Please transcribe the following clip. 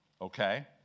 okay